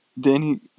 Danny